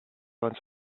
runs